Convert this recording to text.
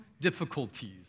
difficulties